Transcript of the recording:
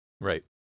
right